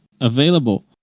available